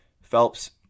Phelps